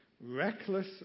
reckless